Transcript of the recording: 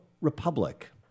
republic